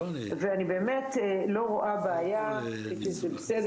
ואני באמת לא רואה בעיה --- ד"ר אסנת,